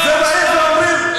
זה יותר מ-50 מדינות.